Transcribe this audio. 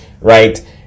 Right